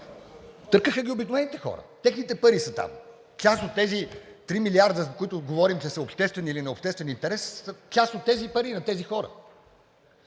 Търкаха ги обикновените хора, техните пари са там. Част от тези 3 милиарда, за които говорим, че са обществен или необществен интерес, са част от тези пари, на тези хора!